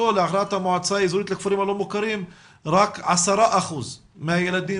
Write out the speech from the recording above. המועצה האזורית לכפרים הלא מוכרים רק 10% מהילדים